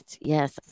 Yes